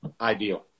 ideal